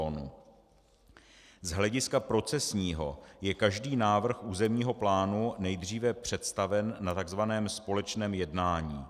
Z hlediska procesního je každý návrh územního plánu nejdříve představen na tzv. společném jednání.